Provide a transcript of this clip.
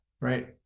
right